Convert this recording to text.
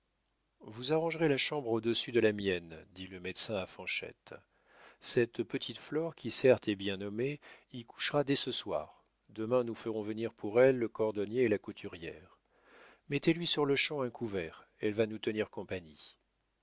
vous arrangerez la chambre au-dessus de la mienne dit le médecin à fanchette cette petite flore qui certes est bien nommée y couchera dès ce soir demain nous ferons venir pour elle le cordonnier et la couturière mettez-lui sur-le-champ un couvert elle va nous tenir compagnie